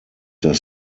das